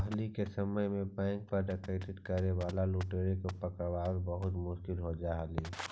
पहिले के समय में बैंक पर डकैती करे वाला लुटेरा के पकड़ला बहुत मुश्किल हो जा हलइ